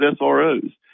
SROs